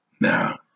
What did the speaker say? Now